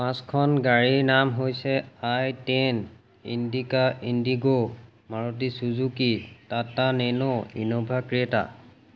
পাঁচখন গাড়ীৰ নাম হৈছে I ten Indica Indigo Maruti Suzuki Tata Nano Innova Creta